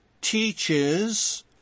teaches